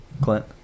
Clint